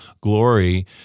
glory